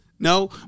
No